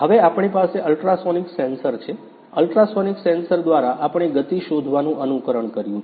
હવે આપણી પાસે અલ્ટ્રાસોનિક સેન્સર છે અલ્ટ્રાસોનિક સેન્સર દ્વારા આપણે ગતિ શોધવાનું અનુકરણ કર્યું છે